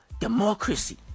democracy